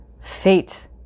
Fate